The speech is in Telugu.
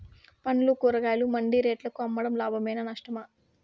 పండ్లు కూరగాయలు మండి రేట్లకు అమ్మడం లాభమేనా నష్టమా?